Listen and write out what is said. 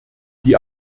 die